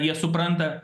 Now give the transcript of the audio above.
jie supranta